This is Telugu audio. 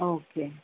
ఓకే